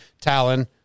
Talon